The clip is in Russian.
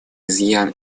изъян